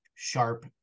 sharp